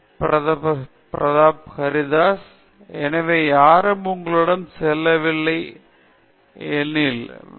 பேராசிரியர் பிரதாப் ஹரிதாஸ் எனவே யாரும் உங்களிடம் சொல்லவில்லை எனில் வேண்டாம்